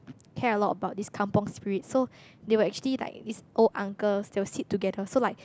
care a lot about this kampung Spirit so they will actually like this old uncles they will sit together so like